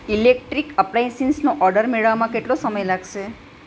electric અપ્લાયન્સિસનો order મેળવવામાં કેટલો સમય લાગશે